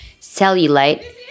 cellulite